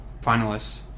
finalists